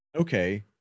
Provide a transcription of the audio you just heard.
okay